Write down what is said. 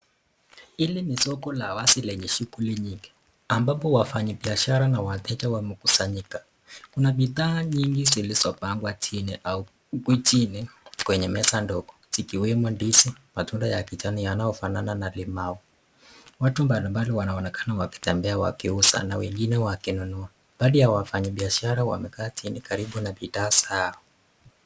Hili ni soko la wazi lenye shughuli nyingi, ambapo wafanyi biashara na wateja wamekusanyika. Kuna bidhaa nyingi zilizopangwa chini au huku chini kwenye meza ndogo zikiwemo ndizi, matunda ya kijani yanayofanana na limau. Watu mbalimbali wanaonekana wakitembea wakiuza na wengine wakinunua. Baadhi ya wafanyi biashara wamekaa chini karibu na bidhaa zao.